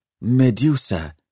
Medusa